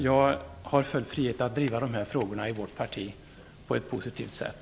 Jag har full frihet att driva de här frågorna i vårt parti på ett positivt sätt.